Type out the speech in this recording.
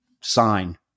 sign